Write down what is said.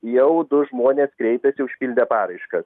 jau du žmonės kreipėsi užpildė paraiškas